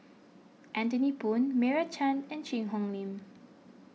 Anthony Poon Meira Chand and Cheang Hong Lim